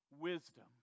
wisdom